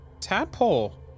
tadpole